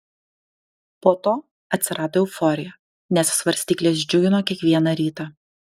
po to atsirado euforija nes svarstyklės džiugino kiekvieną rytą